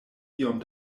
iom